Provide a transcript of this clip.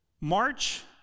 March